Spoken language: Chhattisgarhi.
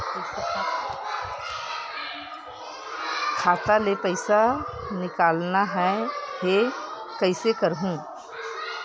खाता ले पईसा निकालना हे, कइसे करहूं?